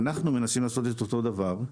ואנחנו מנסים לעשות אותו הדבר.